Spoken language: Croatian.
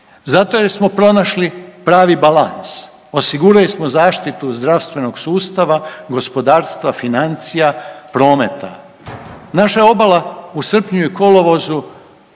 zato jer smo pronašli pravi balans. Osigurali smo zaštitu zdravstvenog sustava, gospodarstva, financija, prometa naša je obala u srpnju i kolovozu